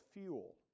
fuel